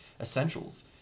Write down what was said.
Essentials